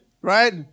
Right